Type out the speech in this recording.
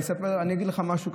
אני אגיד לך משהו,